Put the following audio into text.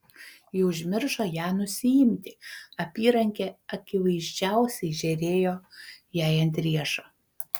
ji užmiršo ją nusiimti apyrankė akivaizdžiausiai žėrėjo jai ant riešo